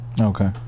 okay